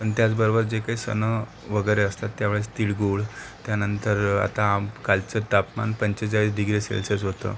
आणि त्याचबरोबर जे काही सण वगैरे असतात त्यावेळेस तिळगुळ त्यानंतर आता कालचं तापमान पंचेचाळीस डिग्री सेल्सिअस होतं